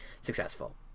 successful